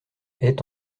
est